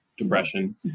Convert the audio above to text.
depression